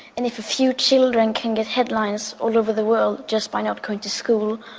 and if a few children can get headlines all over the world just by not going to school,